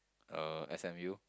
uh s_m_u